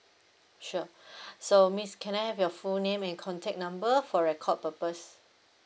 sure so miss can I have your full name and contact number for record purpose